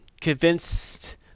convinced